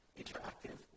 interactive